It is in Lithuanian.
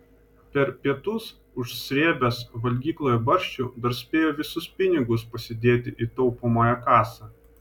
per pietus užsrėbęs valgykloje barščių dar spėjo visus pinigus pasidėti į taupomąją kasą